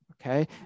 Okay